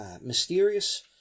mysterious